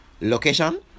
location